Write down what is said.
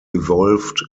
evolved